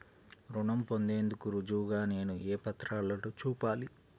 రుణం పొందేందుకు రుజువుగా నేను ఏ పత్రాలను చూపాలి?